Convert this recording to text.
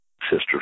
sister's